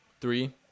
three